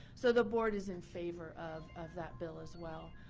so the board is in favor of of that bill as well.